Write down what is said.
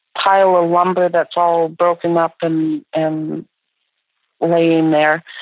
pile of lumber that's all broken up um and laying there,